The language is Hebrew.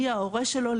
מי ההורה שלו,